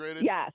Yes